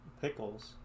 Pickles